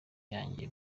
yanjye